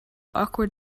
awkward